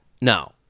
no